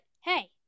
hey